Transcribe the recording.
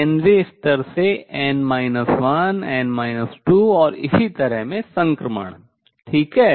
nवें स्तर से n - 1 n 2 और इसी तरह में संक्रमण ठीक है